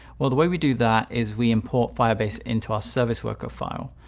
well, the way we do that is we import firebase into our service worker file.